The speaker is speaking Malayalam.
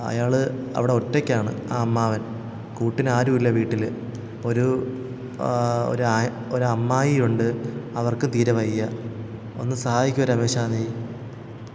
അയാൾ അവിടെ ഒറ്റയ്ക്കാണ് ആ അമ്മാവൻ കൂട്ടിനാരും ഇല്ല വീട്ടിൽ ഒരു ഒരു അമ്മായിയുണ്ട് അവർക്കും തീരെ വയ്യ ഒന്ന് സഹായിക്കുമോ രമേശാ നീ